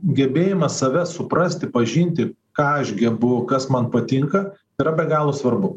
gebėjimas save suprasti pažinti ką aš gebu kas man patinka yra be galo svarbu